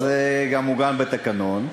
זה גם עוגן בתקנון.